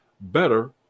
better